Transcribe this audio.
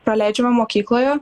praleidžiame mokykloje